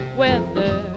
weather